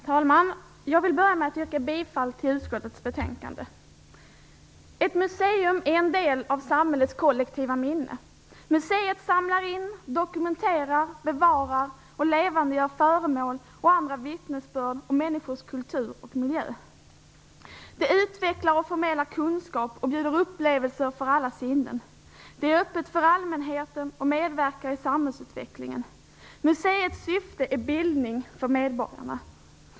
Herr talman! Jag vill börja med att yrka bifall till utskottets hemställan. Ett museum är en del av samhällets kollektiva minne. Museet samlar in, dokumenterar, bevarar och levandegör föremål och andra vittnesbörd om människors kultur och miljö. Det utvecklar, förmedlar kunskap och bjuder upplevelser för alla sinnen. Det är öppet för allmänheten och medverkar i samhällsutvecklingen. Museets syfte är bildning för medborgarna.